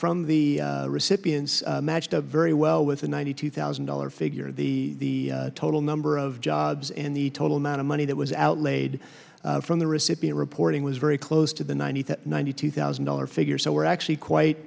from the recipients matched up very well with the ninety two thousand dollar figure the total number of jobs in the total amount of money that was out laid from the recipient reporting was very close to the nine hundred ninety two thousand dollar figure so we're actually quite